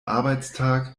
arbeitstag